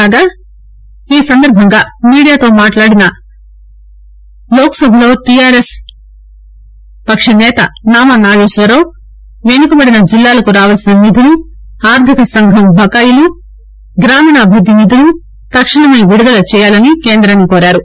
కాగా ఈ సందర్భంగా మీడియాతో మాట్లాడిన లోక్సభలో టీఆర్ఎస్ పక్షనేత నామా నాగేశ్వర్రావు వెనుకబడిన జిల్లాలకు రావాల్సిన నిధులు ఆర్థిక సంఘం బకాయిలు గ్రామీణాభివృద్ది నిధులు తక్షణమే విడుదల చేయాలని కేంద్రాన్ని కోరారు